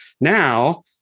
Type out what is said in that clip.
now